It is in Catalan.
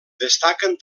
destaquen